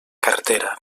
carretera